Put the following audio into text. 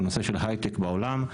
בנושא של הייטק בעולם,